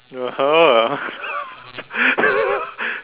(uh huh)